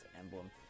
emblem